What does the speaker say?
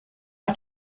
hat